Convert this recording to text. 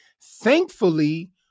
Thankfully